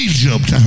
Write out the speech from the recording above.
Egypt